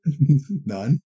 None